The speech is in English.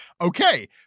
Okay